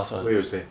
where you stay